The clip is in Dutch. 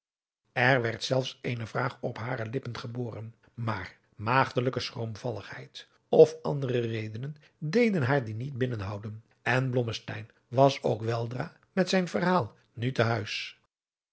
er werd zelfs eene vraag op hare lippen geboren maar maagdelijke schroomvalligheid of andere redenen deden haar die binnen houden en blommesteyn was ook weldra met zijn verhaal nu te huis